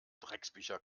drecksbücher